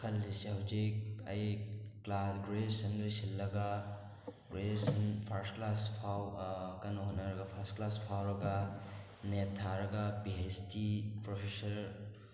ꯈꯜꯂꯤꯁꯦ ꯍꯧꯖꯤꯛ ꯑꯩ ꯀ꯭ꯂꯥꯁ ꯒ꯭ꯔꯦꯖꯨꯋꯦꯁꯟ ꯂꯣꯏꯁꯤꯜꯂꯒ ꯒ꯭ꯔꯦꯖꯨꯋꯦꯁꯟ ꯐꯔꯁꯠ ꯀ꯭ꯂꯥꯁ ꯐꯥꯎ ꯀꯟꯅ ꯍꯣꯠꯅꯔꯒ ꯐꯔꯁꯠ ꯀ꯭ꯂꯥꯁ ꯐꯥꯎꯔꯒ ꯅꯦꯠ ꯊꯥꯔꯒ ꯄꯤ ꯑꯩꯁ ꯗꯤ ꯄ꯭ꯔꯣꯐꯦꯁꯔ